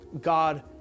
God